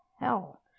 hell